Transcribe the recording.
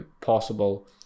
possible